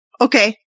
Okay